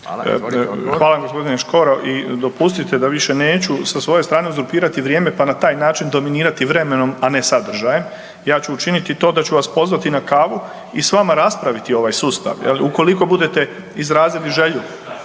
Hvala vam g. Škoro i dopustite da više neću sa svoje strane uzurpirati vrijeme pa na taj način dominirati vremenom, a ne sadržajem. Ja ću učiniti to da ću vas pozvati na kavu i s vama raspraviti ovaj sustav je li, ukoliko budete izrazili želju